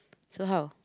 so how